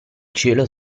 cielo